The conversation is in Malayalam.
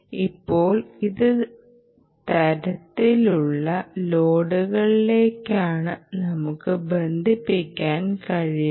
ഇപ്പോൾ ഏത് തരത്തിലുള്ള ലോഡുകളിലേക്കാണ് നമുക്ക് ബന്ധിപ്പിക്കാൻ കഴിയുക